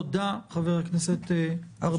תודה, חבר הכנסת ארבל.